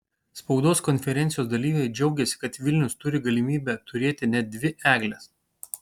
spaudos konferencijos dalyviai džiaugėsi kad vilnius turi galimybę turėti net dvi egles